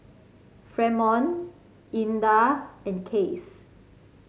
Fremont Ina and Case